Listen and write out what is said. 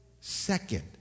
second